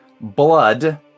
blood